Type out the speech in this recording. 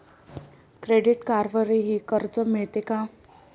Credit कार्डवरही कर्ज मिळते का?